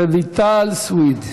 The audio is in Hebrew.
רויטל סויד.